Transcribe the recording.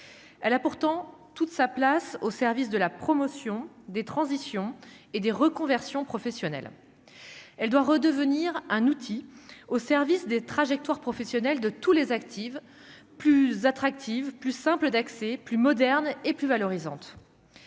elle a pourtant toute sa place au service de la promotion des transitions et des reconversions professionnelles, elle doit redevenir un outil au service des trajectoires professionnelles de tous les actifs plus attractive, plus simple d'accès, plus moderne et plus valorisante,